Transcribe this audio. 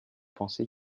penser